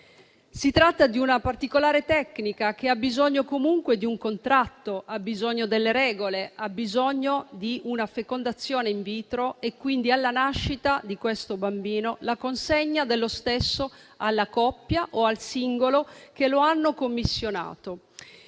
Si tratta di una particolare tecnica che ha bisogno comunque di un contratto, ha bisogno delle regole, ha bisogno di una fecondazione *in vitro* e quindi, alla nascita di questo bambino, la consegna dello stesso alla coppia o al singolo che lo hanno commissionato.